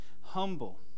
humble